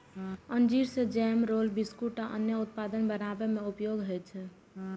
अंजीर सं jam, roll, biscuit आ अन्य उत्पाद बनाबै मे उपयोग होइ छै